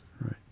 Right